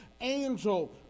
angel